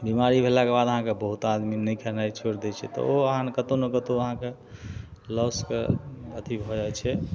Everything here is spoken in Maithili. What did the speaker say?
बिमारी भेलाक बाद अहाँके बहुत आदमी ने खेनाइ छोड़ि दै छै तऽ ओ अहाँ कतहु ने कतहु अहाँके लॉसके अथी भऽ जाइ छै